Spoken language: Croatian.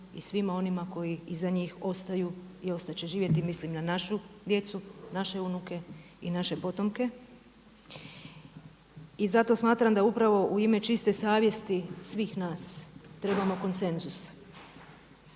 i svima onima koji iza njih ostaju i ostat će živjeti mislim na našu djecu, naše unuke i naše potomke. I zato smatram da upravo u ime čiste savjesti svih nas trebamo konsenzus.